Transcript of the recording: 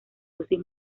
dosis